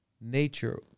nature